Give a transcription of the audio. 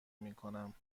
میکنم